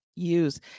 use